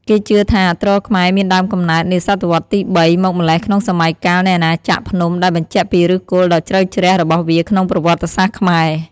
គេជឿថា ទ្រខ្មែរមានដើមកំណើតនាសតវត្សរ៍ទី៣ មកម្ល៉េះក្នុងសម័យកាលនៃអាណាចក្រភ្នំដែលបញ្ជាក់ពីឫសគល់ដ៏ជ្រៅជ្រះរបស់វាក្នុងប្រវត្តិសាស្ត្រខ្មែរ។